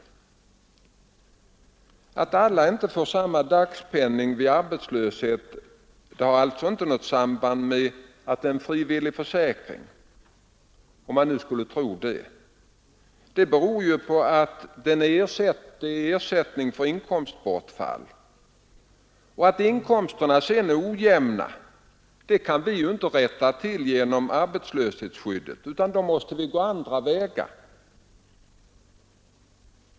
Att alla inte får samma dagpenning vid arbetslöshet har alltså inget samband med att det är en frivillig försäkring — om det nu skulle vara någon som tror det. Det beror på att det är en ersättning för inkomstbortfall. Att inkomsterna är ojämna kan vi inte rätta till via arbetslöshetsskyddet. Det måste ske på andra vägar.